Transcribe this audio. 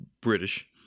British